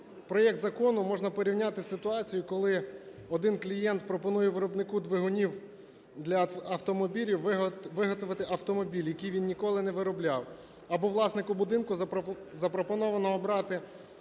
проект закону можна порівняти із ситуацією, коли один клієнт пропонує виробнику двигунів для автомобілів виготовити автомобіль, який він ніколи не виробляв, або власнику будинку запропоновано обрати